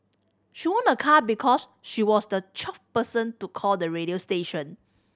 she won a car because she was the twelfth person to call the radio station